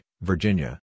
Virginia